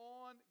on